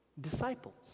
disciples